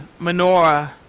menorah